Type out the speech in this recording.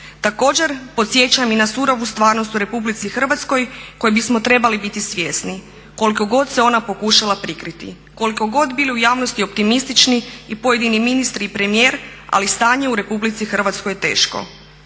Također podsjećam i na surovu stvarnost u RH koje bismo trebali biti svjesni koliko god se ona pokušala prikriti, koliko god bili u javnosti optimistični i pojedini ministri i premijer, ali stanje u RH je teško.